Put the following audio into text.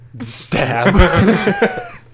stabs